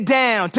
down